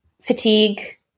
fatigue